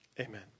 Amen